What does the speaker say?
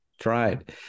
tried